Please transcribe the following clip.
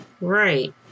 Right